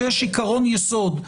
שיש עיקרון יסוד,